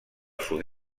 sud